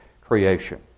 creation